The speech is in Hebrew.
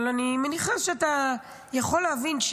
אבל אני מניחה שאתה יכול להבין.